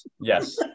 yes